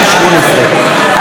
התשע"ט 2018,